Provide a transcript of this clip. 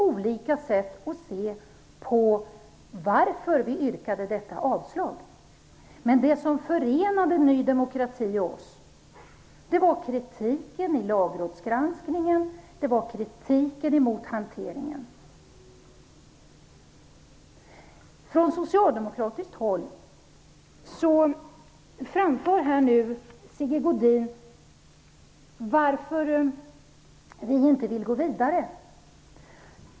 Vi hade helt olika skäl för att yrka avslag, men det som förenade Ny demokrati och oss var synen på kritiken i Lagrådsgranskningen och kritiken mot hanteringen. Sigge Godin frågar nu varför vi från socialdemokratiskt håll inte vill gå vidare.